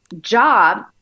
job